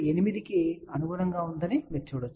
8 కు అనుగుణంగా ఉందని మీరు చూడవచ్చు